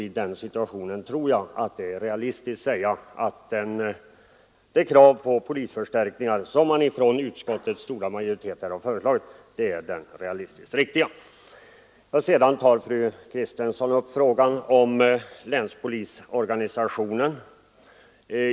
I den situationen tror jag att det är realistiskt att säga att det krav på polisförstärkningar som utskottets stora majoritet här har föreslagit är det riktiga. Fru Kristensson tog upp frågan om länspolisorganisationen.